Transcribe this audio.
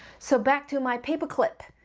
so back to my paper clip,